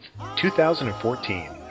2014